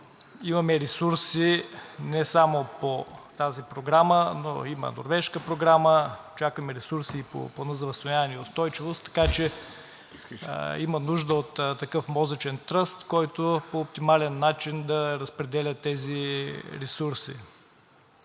Имаме ресурси не само по тази програма, но има Норвежка програма, чакаме ресурси и по Плана за възстановяване и устойчивост, така че има нужда от такъв мозъчен тръст, който по оптимален начин да разпределя тези ресурси.